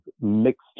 mixed